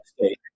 state